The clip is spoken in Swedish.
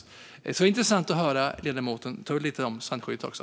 Det skulle vara intressant att få höra ledamoten tala lite om strandskyddet också.